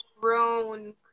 grown